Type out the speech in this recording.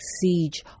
siege